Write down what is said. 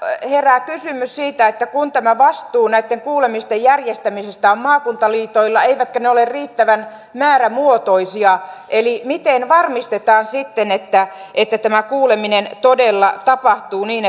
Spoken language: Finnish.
herää kysymys siitä kun tämä vastuu näitten kuulemisten järjestämisestä on maakuntaliitoilla eivätkä ne ole riittävän määrämuotoisia miten varmistetaan sitten että tämä kuuleminen todella tapahtuu niin